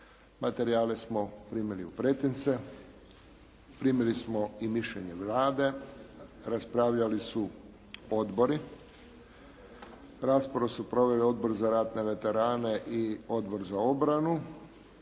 Materijale smo primili u pretince. Primili smo i mišljenje Vlade. Raspravljali su odbori. Raspravu su proveli Odbor za ratne veterane i Odbor za obranu.